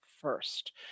first